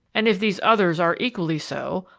and if these others are equally so,